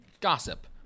gossip